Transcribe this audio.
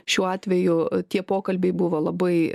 šiuo atveju tie pokalbiai buvo labai